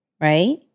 right